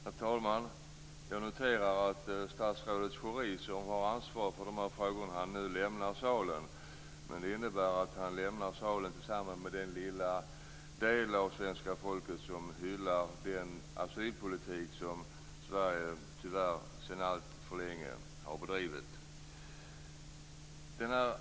Herr talman! Jag noterar att statsrådet Schori, som har ansvar för de här frågorna, nu lämnar salen. Det innebär att han lämnar salen tillsammans med den lilla del av svenska folket som hyllar den asylpolitik som Sverige tyvärr sedan alltför länge har bedrivit.